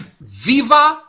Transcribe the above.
Viva